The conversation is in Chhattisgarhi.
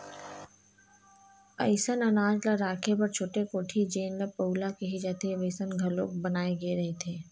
असइन अनाज ल राखे बर छोटे कोठी जेन ल पउला केहे जाथे वइसन घलोक बनाए गे रहिथे